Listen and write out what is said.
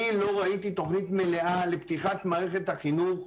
אני לא ראיתי תוכנית מלאה לפתיחת מערכת החינוך,